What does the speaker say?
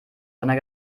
seiner